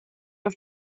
auf